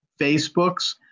Facebooks